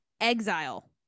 Exile